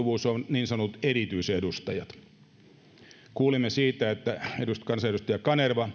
niin sanotut erityisedustajat kuulimme siitä että kansanedustaja kanerva